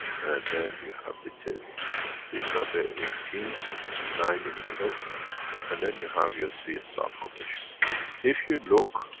and then you have deuterium these are the eighteen and nine in the middle and then you have your three ah star-formation if you look,